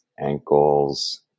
Ankles